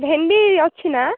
ଭେଣ୍ଡି ଅଛି ନା